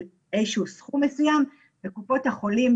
איזה שהוא סכום מסוים וקופות החולים,